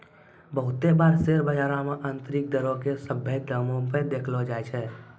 बहुते बार शेयर बजारो मे आन्तरिक दरो के सभ्भे दामो पे देखैलो जाय छै